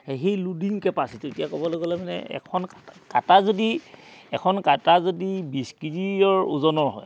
সেই loading capacity এতিয়া ক'বলৈ গ'লে মানে এখন কাটা যদি এখন কাটা যদি বিছ কেজিৰ ওজনৰ হয়